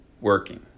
working